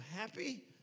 happy